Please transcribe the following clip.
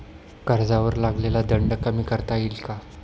कर्जावर लागलेला दंड कमी करता येईल का?